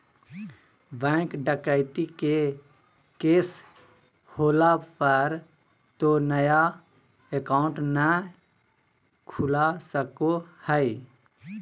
bank डकैती के case होला पर तो नया अकाउंट नय खुला सको हइ